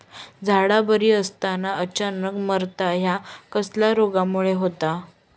झाडा बरी असताना अचानक मरता हया कसल्या रोगामुळे होता?